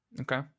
Okay